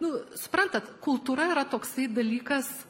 nu suprantat kultūra yra toksai dalykas